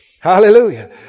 Hallelujah